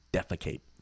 Defecate